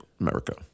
America